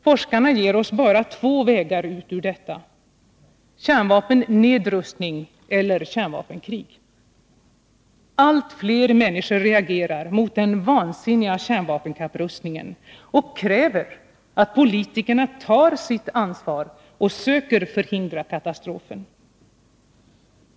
Forskarna ger oss bara två vägar ut ur detta —- kärnvapennedrustning eller kärnvapenkrig. Allt fler människor reagerar mot den vansinniga kärnvapenkapprustningen och kräver att politikerna tar sitt ansvar och söker förhindra katastrofen.